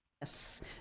Yes